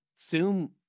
Zoom